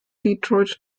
detroit